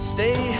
Stay